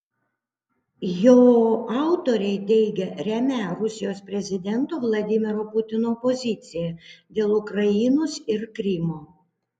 jo autoriai teigia remią rusijos prezidento vladimiro putino poziciją dėl ukrainos ir krymo